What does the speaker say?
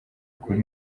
kuri